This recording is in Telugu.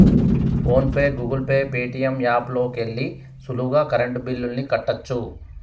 phone pay, Google Pay, Paytm app లోకెల్లి సులువుగా కరెంటు బిల్లుల్ని కట్టచ్చు